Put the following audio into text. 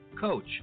coach